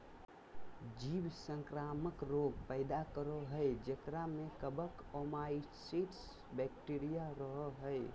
जीव संक्रामक रोग पैदा करो हइ जेकरा में कवक, ओमाइसीट्स, बैक्टीरिया रहो हइ